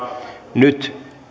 nyt